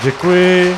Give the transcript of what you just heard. Děkuji.